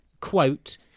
quote